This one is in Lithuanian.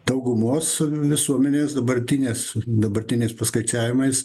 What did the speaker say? daugumos visuomenės dabartinės dabartiniais paskaičiavimais